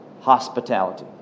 hospitality